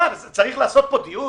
צריך לעשות פה דיון